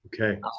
okay